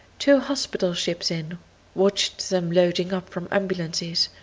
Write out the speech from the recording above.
two hospital ships in watched them loading up from ambulances.